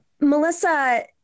Melissa